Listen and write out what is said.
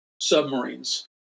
submarines